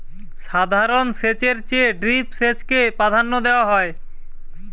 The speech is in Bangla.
সাধারণ সেচের চেয়ে ড্রিপ সেচকে প্রাধান্য দেওয়া হয়